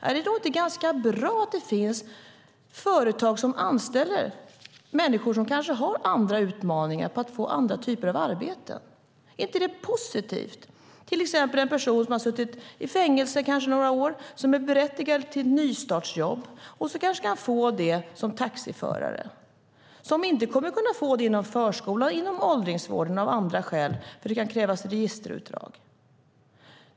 Är det då inte ganska bra att det finns företag som anställer människor som kanske har svårt att få andra typer av arbete? Är inte det positivt? En person som har suttit i fängelse några år och är berättigad till nystartsjobb kanske kan få jobb som taxiförare men inte inom förskolan eller åldringsvården, eftersom det kan krävas registerutdrag.